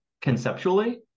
conceptually